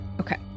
Okay